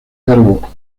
cargo